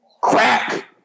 crack